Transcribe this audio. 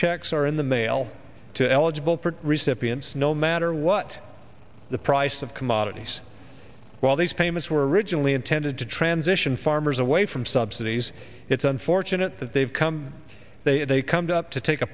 checks are in the mail to eligible for recipients no matter what the price of commodities while these payments were originally intended to transition farmers away from subsidies it's unfortunate that they've come they come to up to take a